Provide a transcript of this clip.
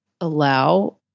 allow